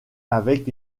avec